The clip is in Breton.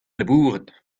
labourat